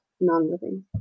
non-living